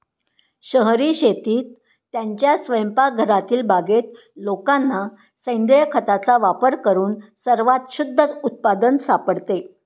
शहरी शेतीत, त्यांच्या स्वयंपाकघरातील बागेत लोकांना सेंद्रिय खताचा वापर करून सर्वात शुद्ध उत्पादन सापडते